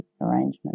arrangement